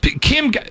Kim